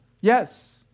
Yes